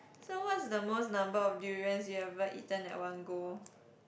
so what is the most number of durians you ever eaten at one go